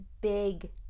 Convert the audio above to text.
Big